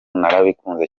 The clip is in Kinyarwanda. narabikunze